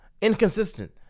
inconsistent